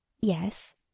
Yes